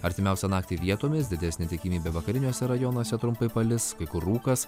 artimiausią naktį vietomis didesnė tikimybė vakariniuose rajonuose trumpai palis kai kur rūkas